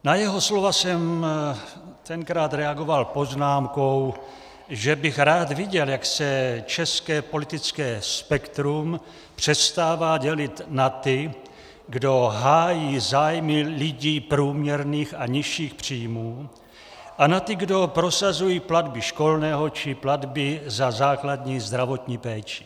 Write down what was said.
Na jeho slova jsem tenkrát reagoval poznámkou, že bych rád viděl, jak se české politické spektrum přestává dělit na ty, kdo hájí zájmy lidí průměrných a nižších příjmů, a na ty, kdo prosazují platby školného či platby za základní zdravotní péči.